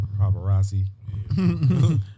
paparazzi